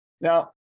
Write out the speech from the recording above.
Now